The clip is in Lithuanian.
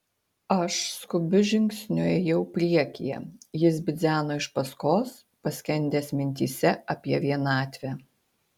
aš skubiu žingsniu ėjau priekyje jis bidzeno iš paskos paskendęs mintyse apie vienatvę